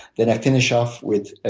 then i'd finish off with